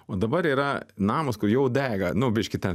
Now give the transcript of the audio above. o dabar yra namas kur jau dega nu biški ten